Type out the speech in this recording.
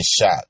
shot